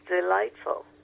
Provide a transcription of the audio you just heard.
delightful